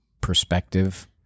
perspective